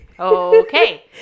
Okay